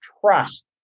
trust